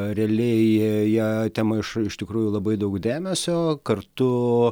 realiai jie atima iš iš tikrųjų labai daug dėmesio kartu